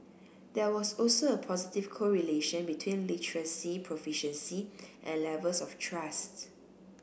there was also a positive correlation between literacy proficiency and levels of trust